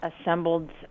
assembled